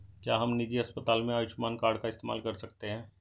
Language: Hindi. क्या हम निजी अस्पताल में आयुष्मान कार्ड का इस्तेमाल कर सकते हैं?